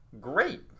Great